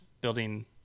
building